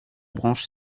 branche